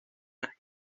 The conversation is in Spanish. las